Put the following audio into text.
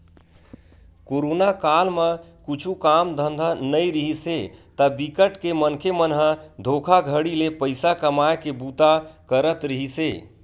corona काल म कुछु काम धंधा नइ रिहिस हे ता बिकट के मनखे मन ह धोखाघड़ी ले पइसा कमाए के बूता करत रिहिस हे